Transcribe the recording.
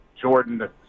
jordan